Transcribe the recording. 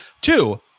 Two